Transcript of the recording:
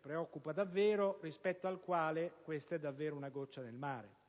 preoccupa davvero e rispetto al quale questa è davvero una goccia nel mare